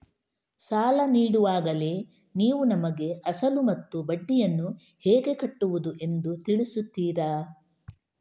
ಸಾಲ ನೀಡುವಾಗಲೇ ನೀವು ನಮಗೆ ಅಸಲು ಮತ್ತು ಬಡ್ಡಿಯನ್ನು ಹೇಗೆ ಕಟ್ಟುವುದು ಎಂದು ತಿಳಿಸುತ್ತೀರಾ?